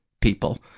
people